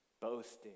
boasting